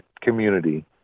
community